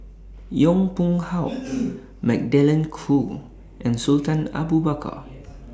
Yong Pung How Magdalene Khoo and Sultan Abu Bakar